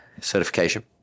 certification